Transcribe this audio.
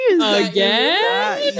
Again